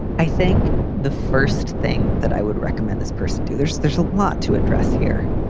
i think the first thing that i would recommend this person do. there's there's a lot to address here.